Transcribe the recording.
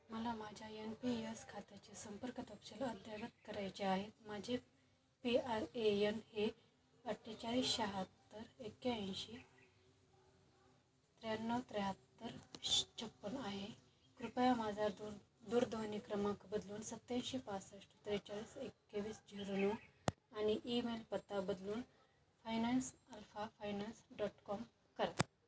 मला माझ्या N P S खात्याचे संपर्क तपशील अद्ययावत करायचे आहेत माझे पी आर ए यन हे अठ्ठेचाळीस शहात्तर एक्याऐंशी त्र्याण्णव त्र्याहत्तर छप्पन्न आहे कृपया माझा दूर दूरध्वनी क्रमांक बदलून सत्याऐंशी पासष्ट त्रेचाळीस एकवीस झिरो नऊ आणि ईमेल पत्ता बदलून finance alpha finance dot com करा